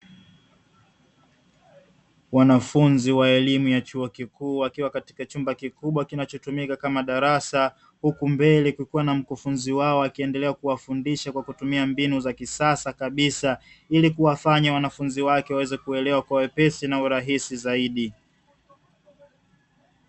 Wanafunzi wa elimu ya chuo kikuu wakiwa katika chumba kikubwa kinachotumika kama darasa, huku mbele kukiwa na mkufunzi wao akiendelea kuwafundisha kwa kutumia mbinu za kisasa kabisa ili kuwafanya wanafunzi wake waweze kuelewa kwa wepesi kabisa na urahisi zaidi.